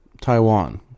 Taiwan